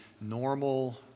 normal